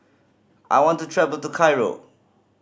I want to travel to Cairo